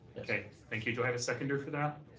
thank thank you. do i have a seconder for that?